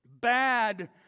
bad